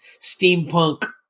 steampunk